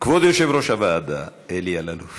כבוד יושב-ראש הוועדה אלי אלאלוף